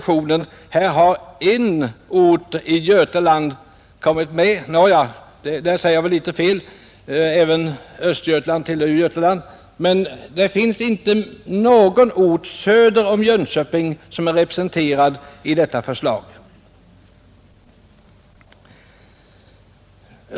Ingen ort söder om Jönköping är representerad i detta förslag.